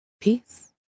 Peace